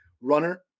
runner